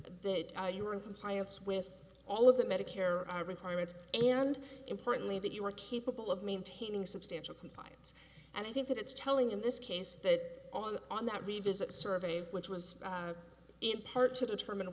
that you were in compliance with all of the medicare are requirements and importantly that you are capable of maintaining substantial compliance and i think that it's telling in this case that on on that revisit survey which was in part to determine